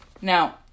Now